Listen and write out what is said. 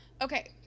Okay